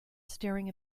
staring